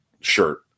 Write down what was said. shirt